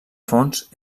fons